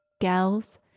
gals